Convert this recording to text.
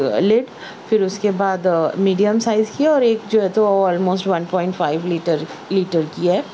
lid پھر اس کے بعد میڈیم سائز کی اور ایک جو ہے تو almost one point five litre litre کی ہے